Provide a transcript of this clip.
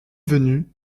venue